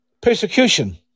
Persecution